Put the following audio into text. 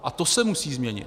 A to se musí změnit.